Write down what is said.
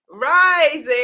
Rising